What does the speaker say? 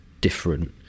different